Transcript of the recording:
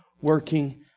working